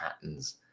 patterns